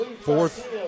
Fourth